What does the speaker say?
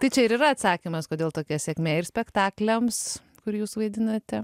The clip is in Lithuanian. tai čia ir yra atsakymas kodėl tokia sėkmė ir spektakliams kur jūs vaidinate